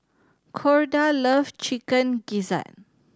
Corda loves Chicken Gizzard